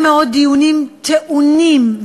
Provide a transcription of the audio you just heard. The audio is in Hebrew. הראש,